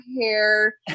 hair